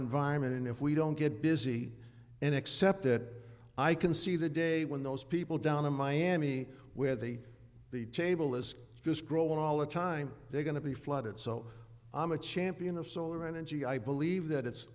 environment and if we don't get busy and accept that i can see the day when those people down in miami where the the table is just growing all the time they're going to be flooded so i'm a champion of solar energy i believe that it's